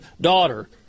daughter